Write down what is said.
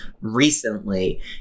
recently